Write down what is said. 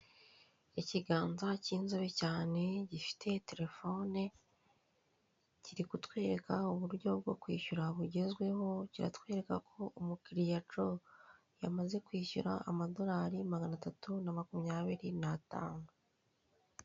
Ikiganza cy'inzobe cyane gifite terefone kiri kutwereka uburyo bwo kwishyura bugezweho ,kiratwereka ko umukiriya ko yamaze kwishyura amadorari magana atatu na makumyabiri na atanu.